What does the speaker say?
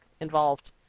involved